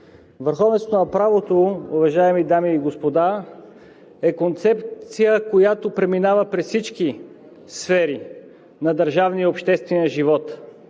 Върховенството на правото, уважаеми дами и господа, е концепция, която преминава през всички сфери на държавния и обществения живот.